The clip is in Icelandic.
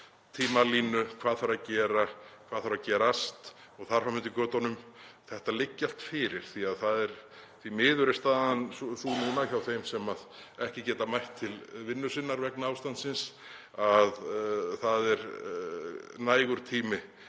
hvað þarf að gera, hvað þarf að gerast og þar fram eftir götunum, liggi allt fyrir, því að því miður er staðan sú núna hjá þeim sem ekki geta mætt til vinnu sinnar vegna ástandsins að það er nægur tími